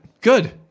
Good